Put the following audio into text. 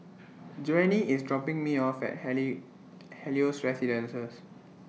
Joanie IS dropping Me off At Helios Residences